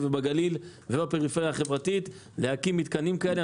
ובגליל ובפריפריה החברתית להקים מתקנים כאלה.